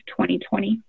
2020